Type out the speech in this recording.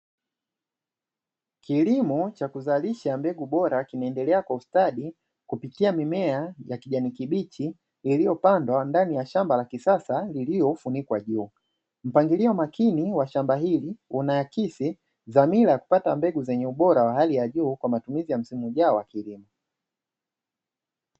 Kilimo cha kuzalisha mbegu bora kinaendelea kwa ustadi kupitia mimea ya kijani kibichi, iliyopandwa ndani ya shamba la kisasa lililofunikwa juu. Mpangilio makini wa shamba hili unaakisi dhamira ya kupata mbegu zenye ubora wa hali ya juu, kwa matumizi ya msimu ujao wa kilimo.